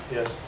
Yes